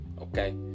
Okay